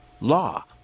law